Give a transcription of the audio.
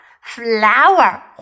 flower